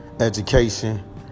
education